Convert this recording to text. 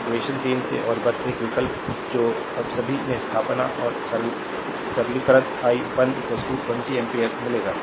तो इक्वेशन 3 से और बस एक विकल्प जो सभी है स्थानापन्न और सरलीकृत i 1 20 एम्पीयर मिलेगा